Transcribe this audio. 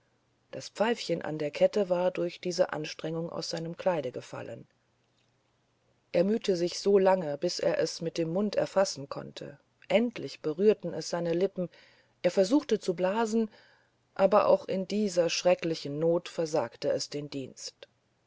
das pfeifchen an der kette war durch diese anstrengung aus seinem kleid gefallen er mühte sich so lange bis er es mit dem mund erfassen konnte endlich berührten es seine lippen er versuchte zu blasen aber auch in dieser schrecklichen not versagte es den dienst